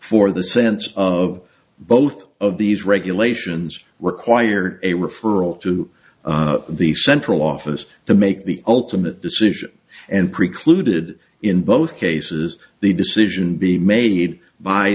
for the sense of both of these regulations required a referral to the central office to make the ultimate decision and precluded in both cases the decision be made by